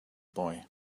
boy